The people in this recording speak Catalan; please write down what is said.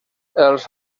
els